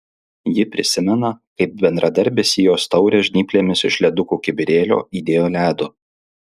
ji prisimena kaip bendradarbis į jos taurę žnyplėmis iš ledukų kibirėlio įdėjo ledo